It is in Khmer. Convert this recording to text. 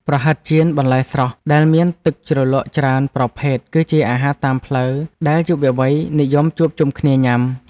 ប្រហិតចៀនបន្លែស្រស់ដែលមានទឹកជ្រលក់ច្រើនប្រភេទគឺជាអាហារតាមផ្លូវដែលយុវវ័យនិយមជួបជុំគ្នាញ៉ាំ។